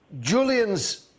Julian's